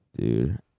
Dude